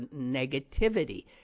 negativity